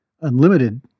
unlimited